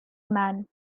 man